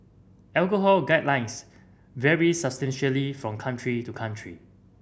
alcohol guidelines vary substantially from country to country